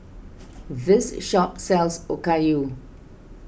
this shop sells Okayu